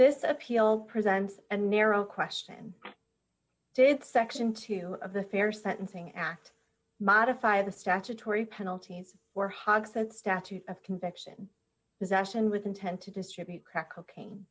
this appeal presents a narrow question did section two of the fair sentencing act modify the statutory penalties for hogsheads statute of conviction possession with intent to distribute crack cocaine